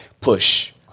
push